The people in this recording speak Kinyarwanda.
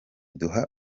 duha